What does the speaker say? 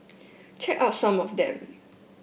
check out some of them